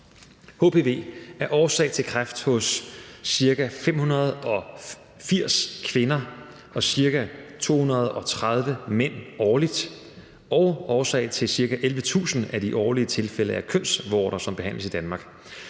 Hpv er årsag til kræft hos ca. 580 kvinder og ca. 230 mænd årligt og årsag til ca. 11.000 af de årlige tilfælde af kønsvorter, som behandles i Danmark.